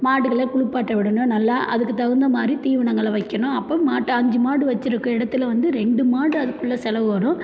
மாடுகளை குளிப்பாட்ட விடணும் நல்லா அதுக்குத் தகுந்த மாதிரி தீவனங்களை வைக்கணும் அப்போ மாட்டை அஞ்சு மாடு வச்சுருக்க இடத்துல வந்து ரெண்டு மாடு அதுக்குள்ளே செலவு வரும்